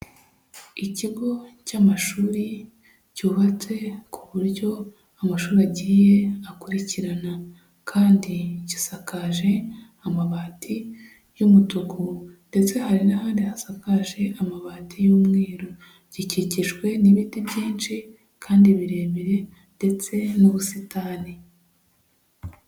Ikigo cy'amashuri cyubatse ku buryo amashuri agiye akurikirana kandi gisakaje amabati y'umutuku ndetse hari n'ahandi hasakaje amabati y'umweru gikikijwe n'ibiti byinshi kandi birebire ndetse n'ubusitani.